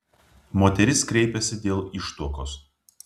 moteris kreipėsi dėl ištuokos